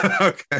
Okay